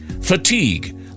Fatigue